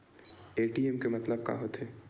ATM के मतलब का होथे?